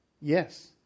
yes